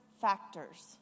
factors